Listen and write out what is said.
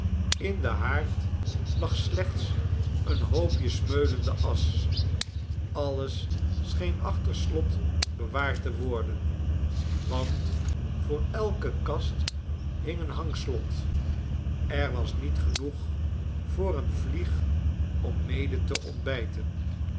in den haard lag slechts eenhoopje smeulende asch alles scheen achter slot bewaard te worden want voor elke kast hing een hangslot er was niet genoeg voor eene vlieg om mede te ontbijten